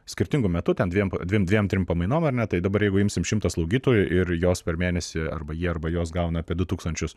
skirtingu metu ten dviem dviem trim pamainom ar ne tai dabar jeigu imsim šimtą slaugytojų ir jos per mėnesį arba jie arba jos gauna apie du tūkstančius